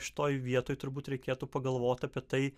šitoj vietoj turbūt reikėtų pagalvoti apie tai